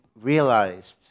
realized